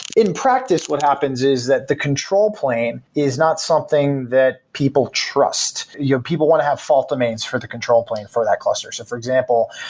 in practice what happens is that the control plane is not something that people trust. you know people want to have fault domains for the control plane for that cluster. so for example,